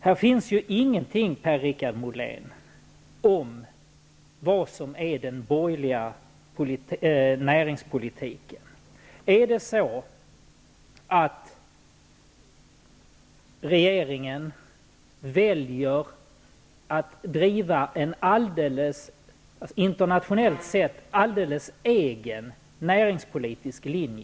Här sägs inget, Per-Richard Molén, om den borgerliga näringspolitiken. Väljer regeringen att driva en internationellt sett alldeles egen näringspolitisk linje?